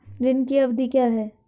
ऋण की अवधि क्या है?